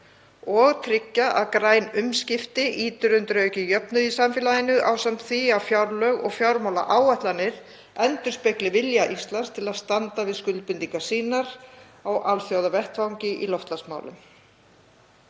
og tryggja að græn umskipti ýti undir aukinn jöfnuð í samfélaginu ásamt því að fjárlög og fjármálaáætlanir endurspegli vilja Íslands til að standa við skuldbindingar sínar á alþjóðavettvangi í loftslagsmálum.